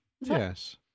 Yes